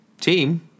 team